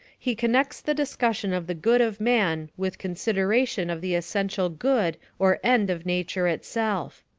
he connects the discussion of the good of man with consideration of the essential good or end of nature itself.